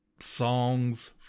songs